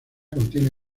contiene